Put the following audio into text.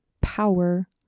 power